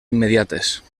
immediates